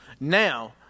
now